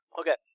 Okay